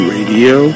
Radio